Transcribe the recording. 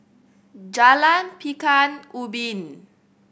Jalan Pekan Ubin